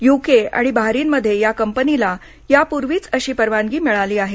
UK आणि बाहरिनमध्ये या कंपनीला यापूर्वीच अशी परवानगी मिळाली आहे